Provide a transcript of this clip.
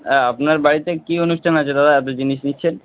হ্যাঁ আপনার বাড়িতে কি অনুষ্ঠান আছে দাদা এতো জিনিস নিচ্ছেন